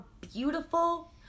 beautiful